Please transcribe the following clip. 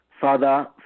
Father